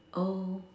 oh